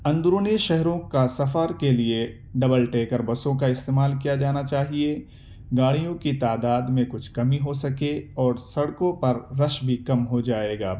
اندرونی شہروں کا سفر کے لیے ڈبل ٹیکر بسوں کا استعمال کیا جانا چاہیے گاڑیوں کی تعداد میں کچھ کمی ہو سکے اور سڑکوں پر رش بھی کم ہو جائے گا